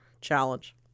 challenge